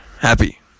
Happy